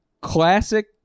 classic